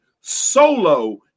solo